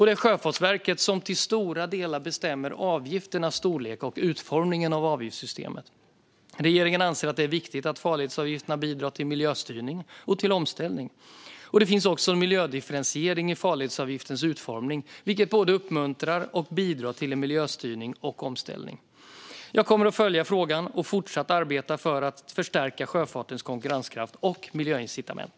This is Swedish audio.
Det är Sjöfartsverket som till stora delar bestämmer avgifternas storlek och utformningen av avgiftssystemet. Regeringen anser att det är viktigt att farledsavgifterna bidrar till miljöstyrning och till omställning. Det finns också en miljödifferentiering i farledsavgiftens utformning, vilket både uppmuntrar och bidrar till en miljöstyrning och omställning. Jag kommer att följa frågan och fortsätta arbeta för att förstärka sjöfartens konkurrenskraft och miljöincitament.